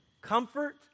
comfort